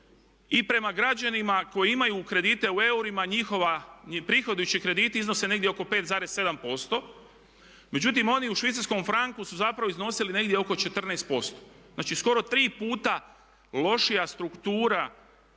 i prema građanima koji imaju kredite u eurima njihova, prihodujući krediti iznose negdje oko 5,7%. Međutim, oni u švicarskom franku su zapravo iznosili negdje oko 14%. Znači, skoro 3 puta lošija struktura